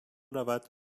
روَد